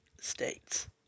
states